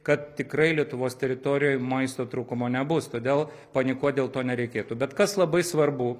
kad tikrai lietuvos teritorijoj maisto trūkumo nebus todėl panikuot dėl to nereikėtų bet kas labai svarbu